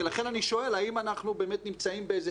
ולכן אני שואל האם אנחנו באמת נמצאים באיזה